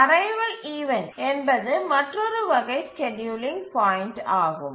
arrival event என்பது மற்றொரு வகை ஸ்கேட்யூலிங் பாயிண்ட்டு ஆகும்